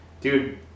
dude